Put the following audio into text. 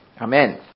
Amen